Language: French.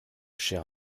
cher